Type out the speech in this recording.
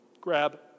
grab